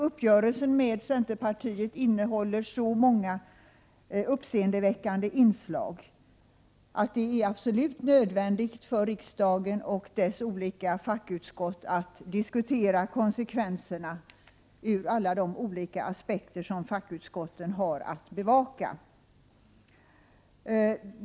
Uppgörelsen med centerpartiet innehåller så många uppseendeväckande inslag att det är absolut nödvändigt för riksdagen och dess olika fackutskott att diskutera konsekvenserna ur alla de olika aspekter som fackutskotten har att bevaka.